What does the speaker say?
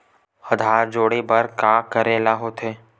आधार जोड़े बर का करे ला होथे?